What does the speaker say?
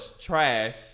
trash